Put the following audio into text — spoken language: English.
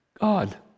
God